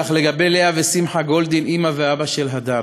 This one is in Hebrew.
כך לגבי לאה ושמחה גולדין, אימא ואבא של הדר.